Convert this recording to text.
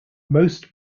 most